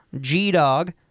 G-Dog